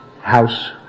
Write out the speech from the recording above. house